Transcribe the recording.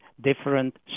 different